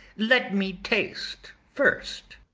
let me taste first.